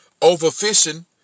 overfishing